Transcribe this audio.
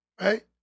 Right